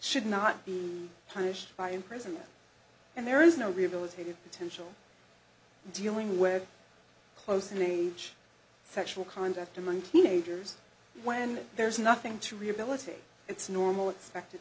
should not be punished by imprisonment and there is no rehabilitative potential dealing with close in age sexual conduct among teenagers when there's nothing to rehabilitate it's normal expected